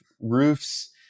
roofs